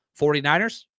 49ers